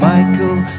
Michael